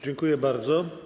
Dziękuję bardzo.